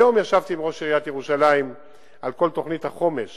היום ישבתי עם ראש עיריית ירושלים על כל תוכנית החומש